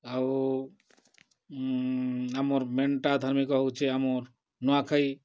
ଆଉ ଆମର ମେନ୍ଟା ଧାର୍ମିକ ହେଉଛି ଆମର୍ ନୂଆଖାଇଁ